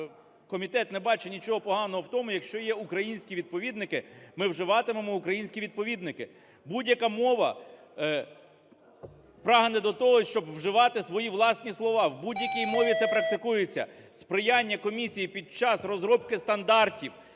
комітет не бачить нічого поганого в тому, якщо є українські відповідники, ми вживатимемо українські відповідники. Будь-яка мова прагне до того, щоб вживати свої власні слова, в будь-якій мові це практикується. Сприяння комісії під час розробки стандартів